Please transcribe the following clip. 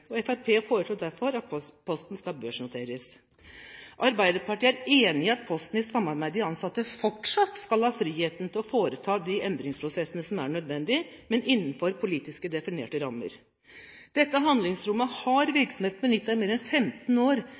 og Fremskrittspartiet foreslår derfor at Posten skal børsnoteres. Arbeiderpartiet er enig i at Posten, i samarbeid med de ansatte, fortsatt skal ha friheten til å foreta de endringsprosessene som er nødvendig, men innenfor politisk definerte rammer. Dette handlingsrommet har virksomheten benyttet i mer enn 15 år,